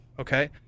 Okay